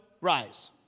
rise